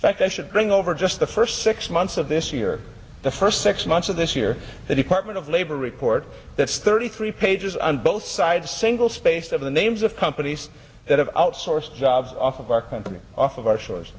companies fact i should bring over just the first six months of this year the first six months of this year the department of labor report that's thirty three pages on both sides single spaced of the names of companies that have outsourced jobs off of our company off of our shores